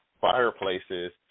fireplaces